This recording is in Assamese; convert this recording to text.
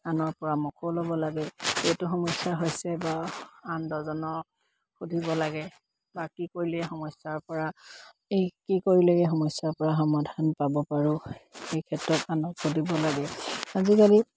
আনৰ পৰা ল'ব লাগে এইটো সমস্যা হৈছে বা আন দহজনক সুধিব লাগে বা কি কৰিলে সমস্যাৰ পৰা এই কি কৰিলেকে সমস্যাৰ পৰা সমাধান পাব পাৰোঁ এই ক্ষেত্ৰত আনক সুধিব লাগে আজিকালি